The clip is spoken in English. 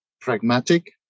pragmatic